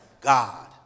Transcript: God